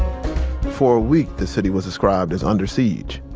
for a week, the city was described as under siege.